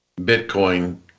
Bitcoin